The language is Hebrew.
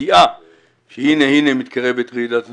ובידיעה שהנה מתקרבת רעידת אדמה,